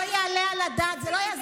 למה אתם לא עשיתם את זה כשהייתם